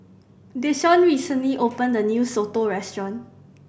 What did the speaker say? Desean recently opened a new soto restaurant